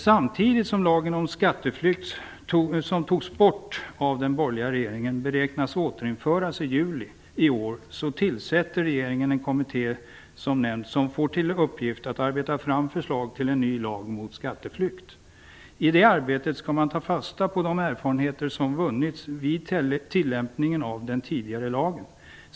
Samtidigt som lagen om skatteflykt, som togs bort av den borgerliga regeringen, beräknas återinföras den 1 juli i år så tillsätter regeringen en kommitté som får till uppgift att arbeta fram förslag till en ny lag mot skatteflykt. I det arbetet skall man ta fasta på de erfarenheter som vunnits vid tillämpningen av den tidigare lagen.